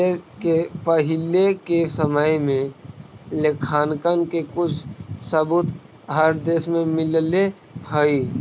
पहिले के समय में लेखांकन के कुछ सबूत हर देश में मिलले हई